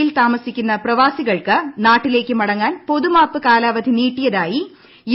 യിൽ താമസിക്കുന്ന പ്രവ്വസ്സിക്ൾക്ക് നാട്ടിലേക്ക് മടങ്ങാൻ പൊതുമാപ്പ് കാലാവധി ന്റീട്ടിയിതായി യു